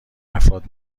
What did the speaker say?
افراد